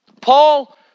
Paul